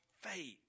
faith